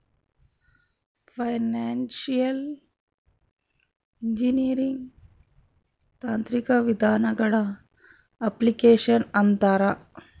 financial engineering ತಾಂತ್ರಿಕ ವಿಧಾನಗಳ application ಅಂತಾರ